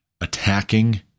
attacking